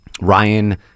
Ryan